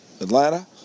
Atlanta